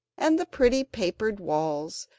and the pretty papered walls,